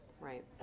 right